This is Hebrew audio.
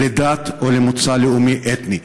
לדת או למוצא לאומי-אתני".